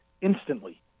instantly